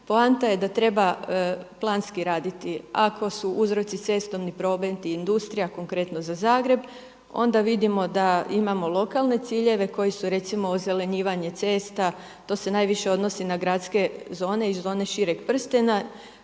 Poanta je da treba planski raditi. Ako su uzroci cestovni promet i industrija, konkretno za Zagreb, onda vidimo da imamo lokalne ciljeve koji su recimo ozelenjivanje cesta. To se najviše odnosi na gradske zone i zone šireg prstena.